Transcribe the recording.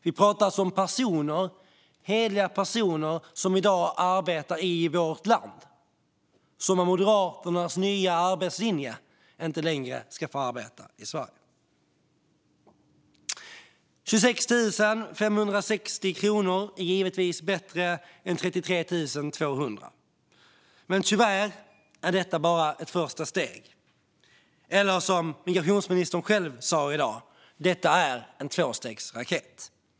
Vi talar om hederliga personer som i dag arbetar i vårt land som med Moderaternas nya arbetslinje inte längre ska få arbeta i Sverige. Givetvis är 26 560 kronor bättre än 33 200 kronor. Men tyvärr är detta bara ett första steg, eller som migrationsministern själv sa i dag: Detta är en tvåstegsraket.